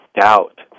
doubt